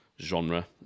genre